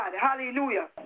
Hallelujah